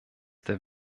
der